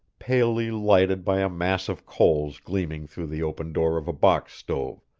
palely lighted by a mass of coals gleaming through the open door of a box stove,